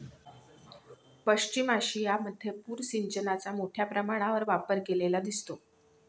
पश्चिम आशियामध्ये पूर सिंचनाचा मोठ्या प्रमाणावर वापर केलेला दिसतो